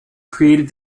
created